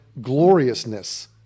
gloriousness